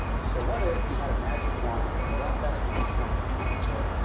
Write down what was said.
so what if you had a magic wand and you brought that to these companies. and you said,